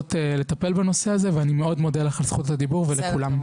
לנסות לטפל בנושא הזה ואני מאוד מודה לך על זכות הדיבור ולכולם.